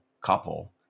couple